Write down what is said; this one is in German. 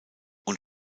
und